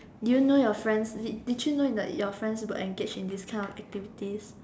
you know your friends did did you know that your friends were engage in this kind of activities